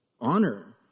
honor